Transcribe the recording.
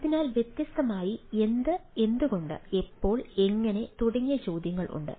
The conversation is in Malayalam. അതിനാൽ വ്യത്യസ്തമായ എന്ത് എന്തുകൊണ്ട് എപ്പോൾ എങ്ങനെ തുടങ്ങിയ ചോദ്യങ്ങൾ ഉണ്ട്